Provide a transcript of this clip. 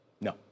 No